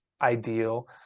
ideal